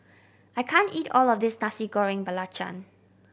I can't eat all of this Nasi Goreng Belacan